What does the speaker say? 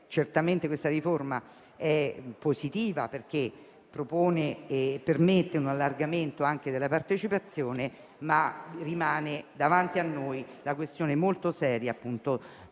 Certamente dunque questa riforma è positiva, perché propone e permette un allargamento della partecipazione, ma rimane davanti a noi la questione molto seria del